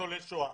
לניצולי שואה.